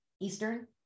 Eastern